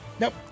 Nope